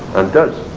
and does